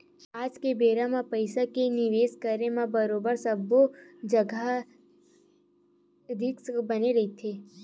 आज के बेरा म पइसा के निवेस करे म बरोबर सब्बो जघा रिस्क बने रहिथे